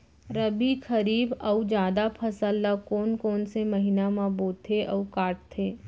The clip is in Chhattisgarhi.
रबि, खरीफ अऊ जादा फसल ल कोन कोन से महीना म बोथे अऊ काटते?